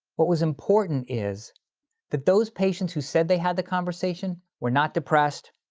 what was important is that those patients who said they had the conversation were not depressed.